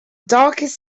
darkest